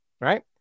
right